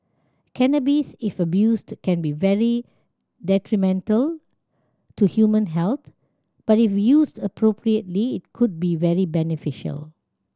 cannabis if abused can be very detrimental to human health but if used appropriately it could be very beneficial